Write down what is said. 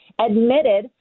admitted